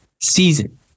season